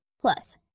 Plus